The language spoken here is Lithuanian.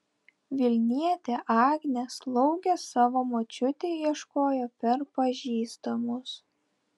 vilnietė agnė slaugės savo močiutei ieškojo per pažįstamus